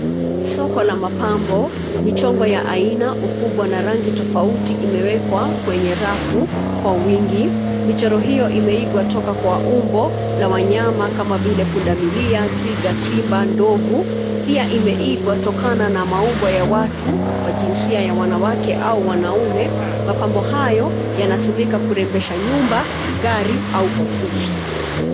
Soko la mapambo, michongo ya aina, ukubwa na rangi tofauti imewekwa kwenye rafu kwa wingi. Michoro hiyo imeigwa toka kwa umbo la wanyama kama vile punda milia, twiga, simba na ndovu. Pia imeigwa tokana na maumbo ya watu wa jinsia ya wanawake au wanaume. Mapambo hayo yanatumika kurembesha nyumba, gari au ofisi.